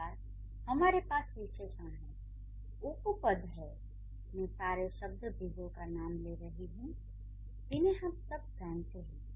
इसके बाद हमारे पास विशेषण हैं उपपद हैं मैं सारे शब्दभेदो का नाम ले रही हैं जिन्हें हम सब जानते हैं